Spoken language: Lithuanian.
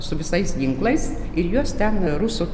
su visais ginklais ir juos ten rusų